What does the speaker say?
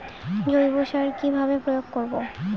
জৈব সার কি ভাবে প্রয়োগ করব?